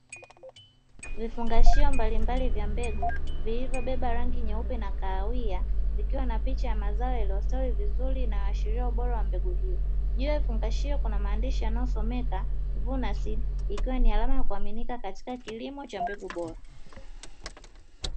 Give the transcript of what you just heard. Vifungashio mbalimbali vya mbegu vilivyobeba rangi nyeupe na kahawia, zikiwa na picha za mazao yaliyostawi vizuri, inayoashiria ubora wa mbegu hio. Juu ya vifungashio kuna maandishi yanayosomeka "Vuna seed" ikiwa ni alama inayoaminika katika kilimo cha mbegu bora.